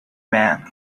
man